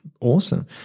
awesome